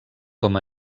com